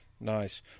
Nice